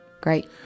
Great